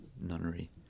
nunnery